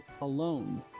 alone